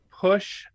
push